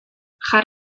jar